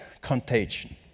contagion